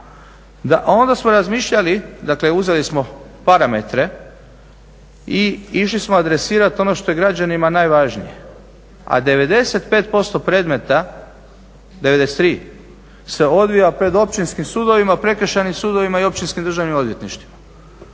onda smo razmišljali, dakle uzeli smo parametre i išli smo adresirati ono što je građanima najvažnije, a 95% predmeta, 93 se odvija pred Općinskim sudovima, Prekršajnim sudovima i Općinskim državnim odvjetništvima.